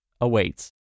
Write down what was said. awaits